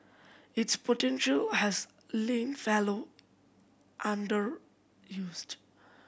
its potential has lain fallow underused